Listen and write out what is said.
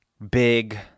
Big